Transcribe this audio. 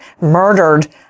murdered